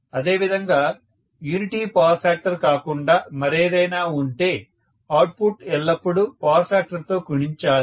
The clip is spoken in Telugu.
అదేవిధంగా యూనిటీ పవర్ ఫ్యాక్టర్ కాకుండా మరేదైనా ఉంటే అవుట్పుట్ ఎల్లప్పుడూ పవర్ ఫ్యాక్టర్ తో గుణించాలి